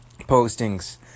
postings